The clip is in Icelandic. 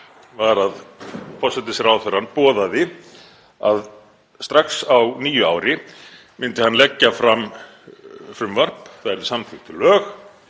var að forsætisráðherrann boðaði að strax á nýju ári myndi hann leggja fram frumvarp, það yrðu samþykkt lög